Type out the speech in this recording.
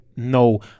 No